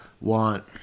want